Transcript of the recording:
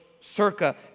circa